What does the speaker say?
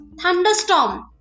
thunderstorm